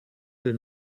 will